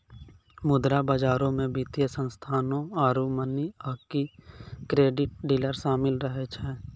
मुद्रा बजारो मे वित्तीय संस्थानो आरु मनी आकि क्रेडिट डीलर शामिल रहै छै